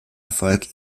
erfolg